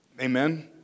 Amen